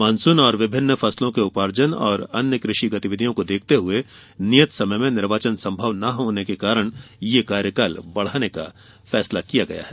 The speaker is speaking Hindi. मानसून और विभिन्न फसलों के उपार्जन और अन्य कृषि गतिविधियों को देखते हुए नियत समय में निर्वाचन संभव न होने के कारण ये कार्यकाल बढ़ाने का फैसला किया गया है